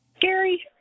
Gary